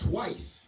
Twice